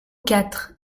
quatre